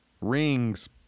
rings